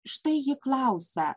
štai ji klausia